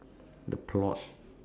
the plot